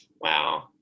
wow